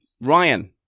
Ryan